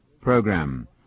program